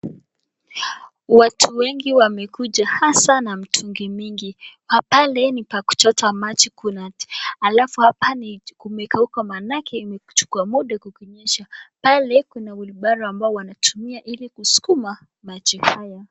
Watu wengi wamekuja hasa na mitungi mingi, pa pale ni pa kuchota maji kuna alafu hapa ni kumekauka manake imechukua muda kukinyesha, pale kuna whilibaro ambao wanatumia ili kuskuma maji haya.